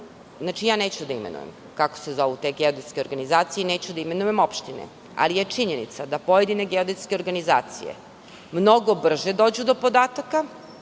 zahtevu. Neću da imenujem kako se zovu te geodetske organizacije. Neću da imenujem opštine. Činjenica je da pojedine geodetske organizacije mnogo brže dođu do podataka